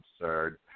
absurd